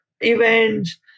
events